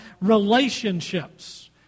relationships